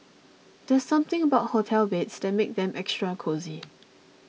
there's something about hotel beds that makes them extra cosy